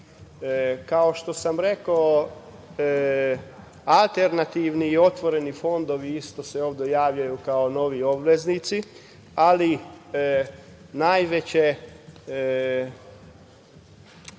Kao što sam rekao, alternativni i otvoreni fondovi isto se ove javljaju kao novi obveznici, ali najveća